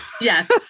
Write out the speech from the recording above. Yes